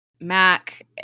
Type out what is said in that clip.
Mac